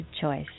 Choice